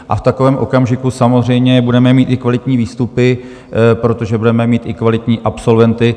V takovém okamžiku samozřejmě budeme mít i kvalitní výstupy, protože budeme mít i kvalitní absolventy.